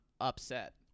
upset